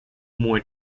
more